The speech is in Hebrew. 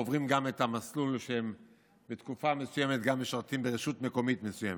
עוברים את המסלול שגם הם בתקופה מסוימת משרתים בו ברשות מקומית מסוימת.